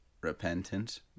repentance